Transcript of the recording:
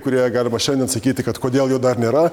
kurie galima šiandien sakyti kad kodėl jo dar nėra